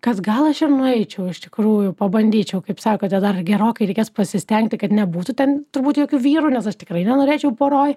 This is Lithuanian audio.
kas gal aš ir nueičiau iš tikrųjų pabandyčiau kaip sakote dar gerokai reikės pasistengti kad nebūtų ten turbūt jokių vyrų nes aš tikrai nenorėčiau poroj